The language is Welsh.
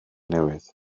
newydd